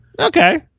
Okay